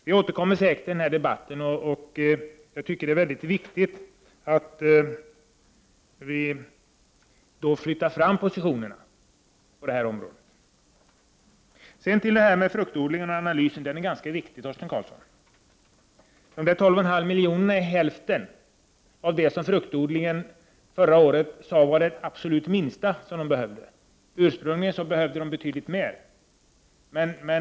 Vi återkommer säkert till denna debatt, men det är, som jag ser det, viktigt att flytta fram positionerna på detta område. De analyser som görs på fruktodlingens område är viktiga, Torsten Karlsson. De 12,5 milj.kr. är hälften av det belopp som fruktodlarna sade var det absolut lägsta som behövdes. Ursprungligen behövde de mycket mer.